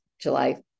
July